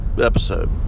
episode